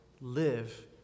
live